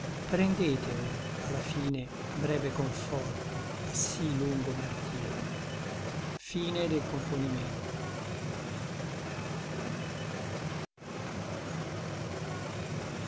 prendete or a la fine breve conforto a sí lungo martiro io